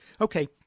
okay